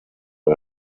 der